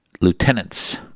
lieutenants